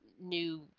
new